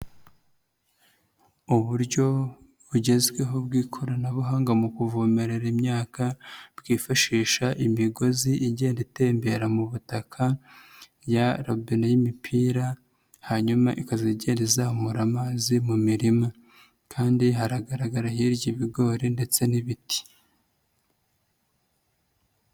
Uburyo bugezweho bw'ikoranabuhanga mu kuvomerera imyaka bwifashisha imigozi igenda itembera mu butaka ya robine y'imipira, hanyuma ikazagenda izamura amazi mu mirima kandi haragaragara hirya ibigori ndetse n'ibiti.